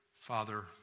Father